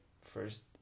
first